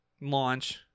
launch